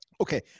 Okay